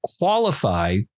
qualify